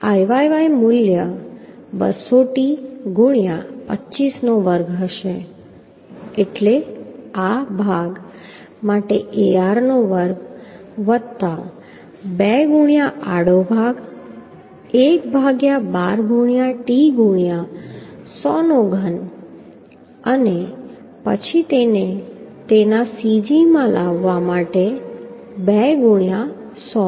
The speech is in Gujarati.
Iyy મૂલ્ય 200t ગુણ્યા 25 નો વર્ગ હશે એટલે આ ભાગ માટે Ar નો વર્ગ જમણી બાજુ 2 ગુણ્યા આડો ભાગ 1 ભાગ્યા 12 ગુણ્યા t ગુણ્યા 100 નો ઘન અને પછી તેને તેના cg માં લાવવા માટે 2 ગુણ્યા 100t